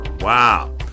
Wow